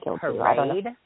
parade